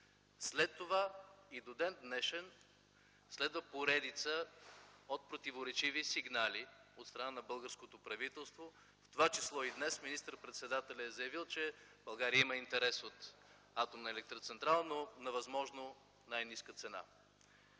След това и до ден днешен следва поредица от противоречиви сигнали от страна на българското правителство. В това число и днес министър-председателят е заявил, че България има интерес от атомна електроцентрала, но на възможно най-ниска цена.